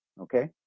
Okay